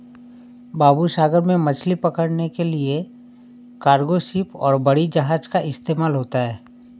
बाबू सागर में मछली पकड़ने के लिए कार्गो शिप और बड़ी जहाज़ का इस्तेमाल होता है